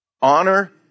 Honor